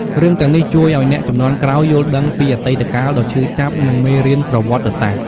រឿងទាំងនេះជួយឱ្យអ្នកជំនាន់ក្រោយយល់ដឹងពីអតីតកាលដ៏ឈឺចាប់ និងមេរៀនប្រវត្តិសាស្ត្រ។